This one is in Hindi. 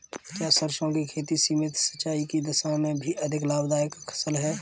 क्या सरसों की खेती सीमित सिंचाई की दशा में भी अधिक लाभदायक फसल है?